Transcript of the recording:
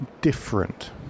different